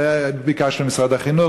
ביקשנו ממשרד החינוך,